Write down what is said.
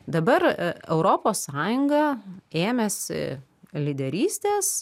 dabar europos sąjunga ėmėsi lyderystės